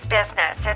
business